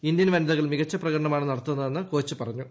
Indian വനിതകൾ മികച്ച പ്രകടനമാണ് നടത്തുന്ന തെന്ന് കോച്ച് പറഞ്ഞു